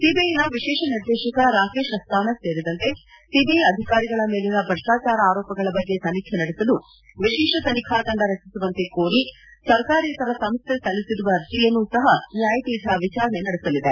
ಸಿಬಿಐನ ವಿಶೇಷ ನಿರ್ದೇಶಕ ರಾಕೇಶ್ ಅಸ್ತಾನ ಸೇರಿದಂತೆ ಸಿಬಿಐ ಅಧಿಕಾರಿಗಳ ಮೇಲಿನ ಭ್ರಷ್ವಾಚಾರ ಆರೋಪಗಳ ಬಗ್ಗೆ ತನಿಖೆ ನಡೆಸಲು ವಿಶೇಷ ತನಿಖಾ ತಂಡ ರಚಿಸುವಂತೆ ಕೋರಿ ಸರ್ಕಾರೇತರ ಸಂಸ್ಥೆ ಸಲ್ಲಿಸಿರುವ ಅರ್ಜಿಯನ್ನೂ ಸಹ ನ್ಯಾಯಪೀಠ ವಿಚಾರಣೆ ನಡೆಸಲಿದೆ